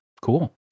cool